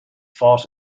fought